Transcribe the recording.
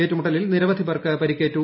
ഏറ്റുമുട്ടലിൽ നിരവധി പേർക്ക് പരിക്കേറ്റു